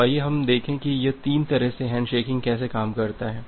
तो आइए हम देखें कि यह तीन तरह से हैंडशेकिंग कैसे काम करता है